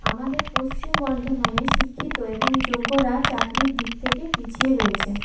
আমাদের পশ্চিম বর্ধমানে শিক্ষিত এবং যোগ্যরা চাকরির দিক থেকে পিছিয়ে রয়েছে